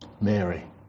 Mary